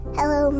Hello